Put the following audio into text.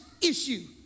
issue